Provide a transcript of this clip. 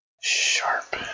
Sharp